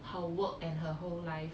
her work and her whole life